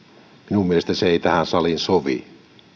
minun mielestäni se ei tähän saliin sovi